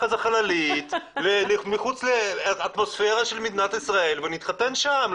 איזה חללית מחוץ לאטמוספירה של מדינת ישראל ונתחתן שם,